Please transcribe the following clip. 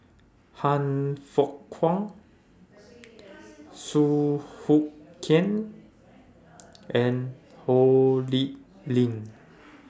Han Fook Kwang Song Hoot Kiam and Ho Lee Ling